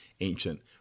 ancient